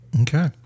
Okay